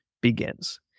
begins